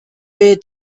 way